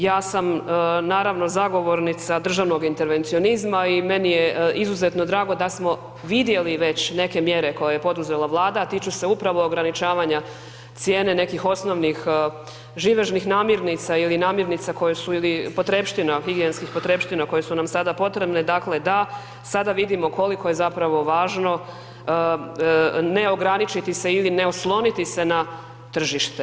Ja sam naravno zagovornica državnog intervencionizma i meni je izuzetno drago da smo vidjeli već neke mjere koje je poduzela Vlada, a tiču se upravo ograničavanja cijene nekih osnovnih živežnih namirnica ili potrepština, higijenskih potrepština koje su nam sada potrebne, dakle da sad vidimo koliko je važno ne ograničiti se ili ne osloniti se na tržište.